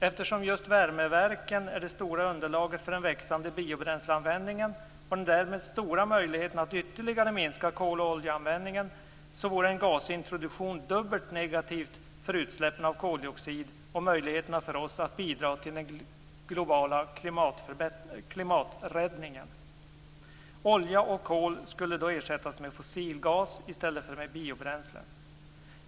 Eftersom just värmeverken är det stora underlaget för den växande biobränsleanvändningen och den därmed stora möjligheten att ytterligare minska kol och oljeanvändningen, vore en gasintroduktion dubbelt negativ för utsläppen av koldioxid och möjligheterna för oss att bidra till den globala klimaträddningen. Olja och kol skulle då ersättas med fossilgas i stället för med biobränslen.